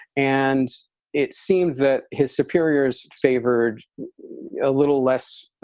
and it seemed that his superiors favored a little less